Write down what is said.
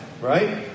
Right